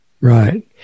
right